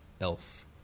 elf